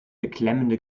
beklemmende